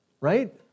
right